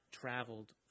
traveled